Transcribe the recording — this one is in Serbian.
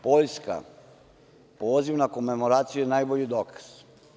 Vojska, poziv na komemoraciju je najbolji dokaz.